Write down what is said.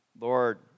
Lord